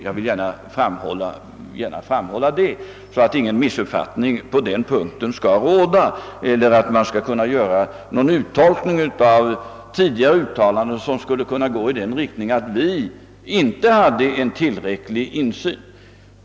Jag vill gärna framhålla detta, så att ingen missuppfattning skall råda på denna punkt och för att undvika en sådan tolkning av tidigare uttalanden, att vi inte skulle ha haft en tillräcklig insyn.